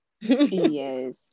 yes